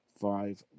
five